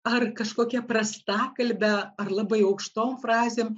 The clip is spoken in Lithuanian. ar kažkokia prastakalbe ar labai aukštom frazėm